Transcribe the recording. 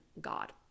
God